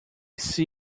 see